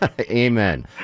Amen